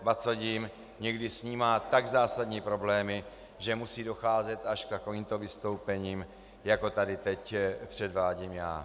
Ba co dím, někdy s ní má tak zásadní problémy, že musí docházet až k takovým to vystoupením, jako tady teď předvádím já.